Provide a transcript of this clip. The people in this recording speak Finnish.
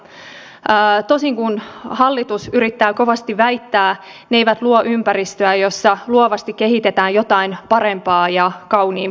toisin kuin hallitus yrittää kovasti väittää ne eivät luo ympäristöä jossa luovasti kehitetään jotain parempaa ja kauniimpaa